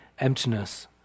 Emptiness